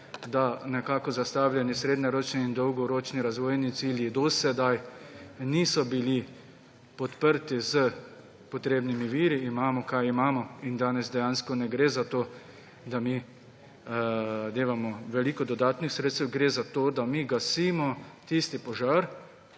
da nekako zastavljeni srednjeročni in dolgoročni razvojni cilji do sedaj niso bili podprti s potrebnimi viri, imamo, kar imamo. In danes dejansko ne gre za to, da mi dajemo veliko dodatnih sredstev, gre za to, da mi gasimo tisti požar,